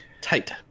tight